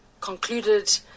concluded